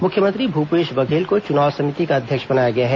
मुख्यमंत्री भूपेश बघेल को चुनाव समिति का अध्यक्ष बनाया गया है